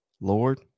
Lord